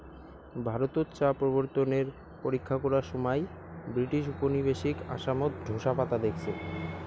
ভারতত চা প্রবর্তনের পরীক্ষা করার সমাই ব্রিটিশ উপনিবেশিক আসামত ঢোসা পাতা দেইখছে